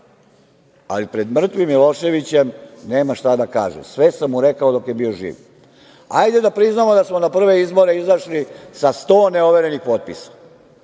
ali pred mrtvim Miloševićem nemam šta da kažem, sve sam mu rekao dok je bio živ. Hajde da priznamo da smo na prve izbore izašli sa 100 ne overenih potpisa.